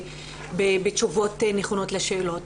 בתשובות נכונות לשאלות.